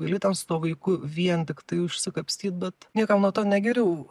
gali ten su tuo vaiku vien tiktai užsikapstyt bet niekam nuo to ne geriau